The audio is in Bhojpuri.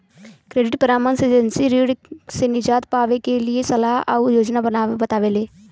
क्रेडिट परामर्श एजेंसी ऋण से निजात पावे क लिए सलाह आउर योजना बतावेली